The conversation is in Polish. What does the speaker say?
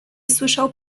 słyszał